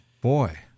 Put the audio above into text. Boy